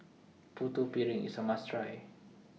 Putu Piring IS A must Try